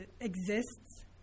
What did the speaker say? exists